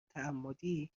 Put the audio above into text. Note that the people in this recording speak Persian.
تعمدی